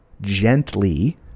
gently